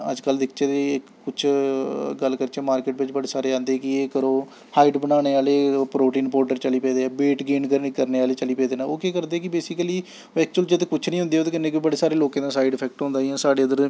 अजकल्ल दिखचै ते कुछ गल्ल करचै मार्केट बिच्च बड़े सारे औंदे कि एह् करो हाइट बनाने आह्ले ओह् प्रोटीन पौडर चली पेदे वेट गेन करने करने आह्ले चली पेदे न ओह् केह् करदे कि बेसिकली ऐक्चुअल च ते कुछ निं होंदे ओह्दे कन्नै बड़े सारे लोकें दा साइड इफैक्ट होंदा जि'यां साढ़े इद्धर